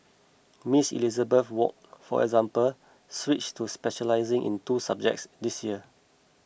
Miss Elizabeth Wok for example switched to specialising in two subjects this year